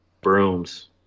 brooms